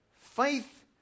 Faith